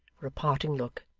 for a parting look,